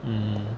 mm